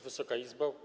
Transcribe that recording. Wysoka Izbo!